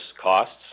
costs